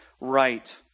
right